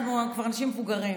אנחנו כבר אנשים מבוגרים,